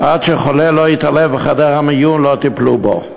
עד שחולה לא התעלף בחדר המיון לא טיפלו בו.